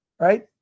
right